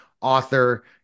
author